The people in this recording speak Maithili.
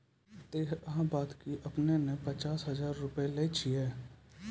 ते अहाँ बता की आपने ने पचास हजार रु लिए छिए?